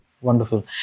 Wonderful